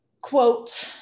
Quote